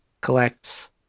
collects